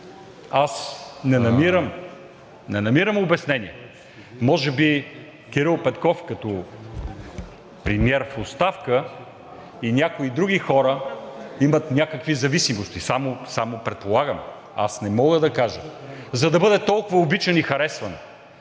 не намирам обяснение. Може би Кирил Петков като премиер в оставка и някои други хора имат някакви зависимости – само предполагам, аз не мога да кажа, за да бъде толкова обичан и харесван.